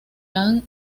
han